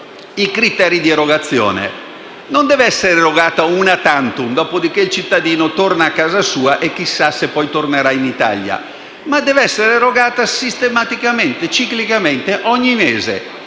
i criteri di erogazione; l'indennità non deve essere erogata *una tantum*, dopodiché il cittadino torna a casa sua e chissà se tornerà in Italia, ma deve essere erogata sistematicamente e ciclicamente ogni mese.